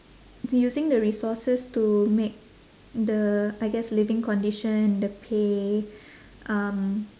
using the resources to make the I guess living condition the pay um